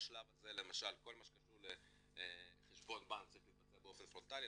בשלב הזה למשל כל מה שקשור לחשבון בנק צריך להתבצע באופן פרונטלי,